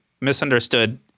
misunderstood